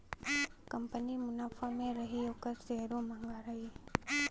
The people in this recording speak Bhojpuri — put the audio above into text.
कंपनी मुनाफा मे रही ओकर सेअरो म्हंगा रही